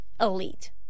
elite